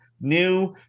new